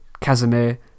Casimir